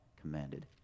commanded